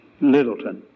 Littleton